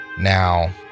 now